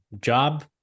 job